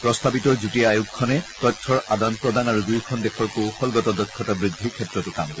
প্ৰস্তাৱিত যুটীয়া আয়োগখনে তথ্যৰ আদান প্ৰদান আৰু দুয়োখন দেশৰ কৌশলগত দক্ষতা বৃদ্ধিৰ ক্ষেত্ৰটো কাম কৰিব